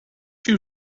you